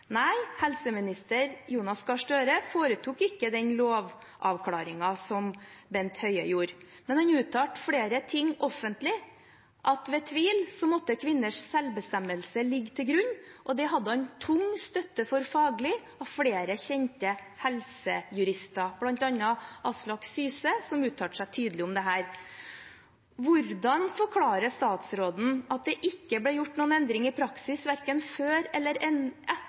Nei, helseminister Jonas Gahr Støre foretok ikke den lovavklaringen som Bent Høie gjorde, men han uttalte flere ting offentlig – at ved tvil måtte kvinners selvbestemmelse ligge til grunn. Og det hadde han tung støtte for faglig fra flere kjente helsejurister, bl.a. Aslak Syse, som uttalte seg tydelig om dette. Hvordan forklarer statsråden at det ikke ble gjort noen endring i praksis verken før eller